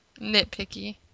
nitpicky